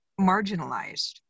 marginalized